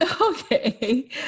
Okay